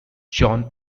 john